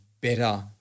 better